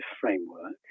framework